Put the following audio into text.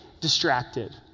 distracted